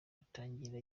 atangira